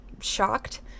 shocked